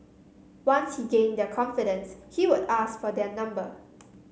once he gained their confidence he would ask for their number